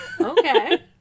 Okay